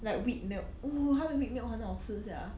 like wheat milk orh 他的 wheat milk 很好吃 sia